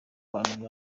w’abantu